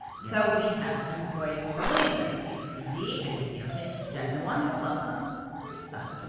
so we have some for you, tony winner steve kazee and his fiancee jenna dewan have welcomed their son.